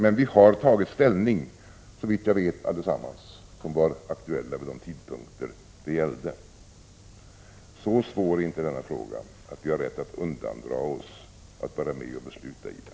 Men vi har såvitt jag vet tagit ställning allesammans som varit med vid den tidpunkt som det gällde. Så svår är inte denna fråga att vi har rätt att undandra oss att vara med om att besluta i den.